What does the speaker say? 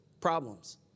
problems